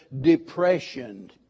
depression